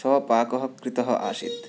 सः पाकः कृतः आसीत्